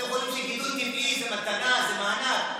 אתם חושבים שגידול טבעי זה מתנה, זה מענק.